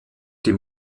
dem